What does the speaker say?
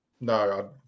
no